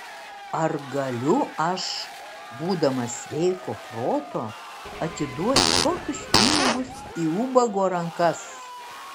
ar galiu aš būdamas sveiko proto atiduoti tokius pinigus į ubago rankas